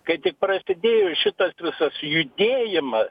kai tik prasidėjo šitas visas judėjimą